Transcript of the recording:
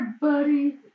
Buddy